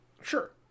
Sure